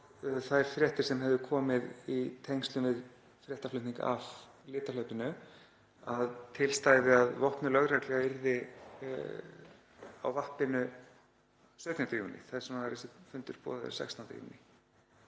þær fréttir sem höfðu komið í tengslum við fréttaflutning af litahlaupinu, að til stæði að vopnuð lögregla yrði á vappinu 17. júní. Þess vegna var þessi fundur boðaður 16. júní.